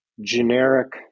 generic